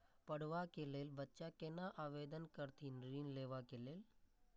पढ़वा कै लैल बच्चा कैना आवेदन करथिन ऋण लेवा के लेल?